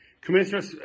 Commissioner